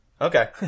Okay